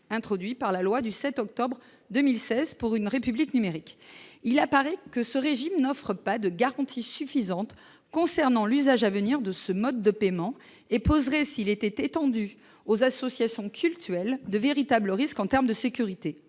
introduit par la loi du 7 octobre 2016 pour une République numérique, il apparaît que ce régime n'offre pas de garanties suffisantes concernant l'usage à venir de ce mode de paiement et poserait s'il était étendu aux associations cultuelles de véritables risques en terme de sécurité,